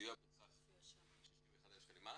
סיוע בסך 61,000 שקל.